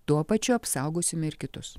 tuo pačiu apsaugosime ir kitus